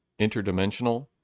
interdimensional